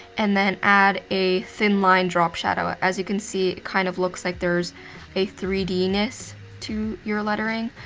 and then add a thin line drop shadow. as you can see, it kind of looks like there's a three d ness to your lettering.